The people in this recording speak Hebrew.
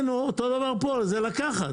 כן, אותו דבר פה, זה לקחת